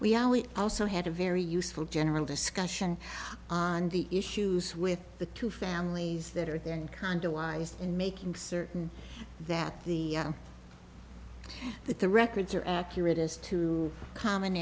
issue we also had a very useful general discussion on the issues with the two families that are there and kind of wise in making certain that the that the records are accurate as to common